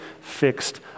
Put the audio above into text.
fixed